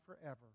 forever